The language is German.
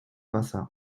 wasser